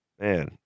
Man